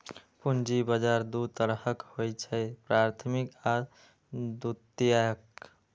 पूंजी बाजार दू तरहक होइ छैक, प्राथमिक आ द्वितीयक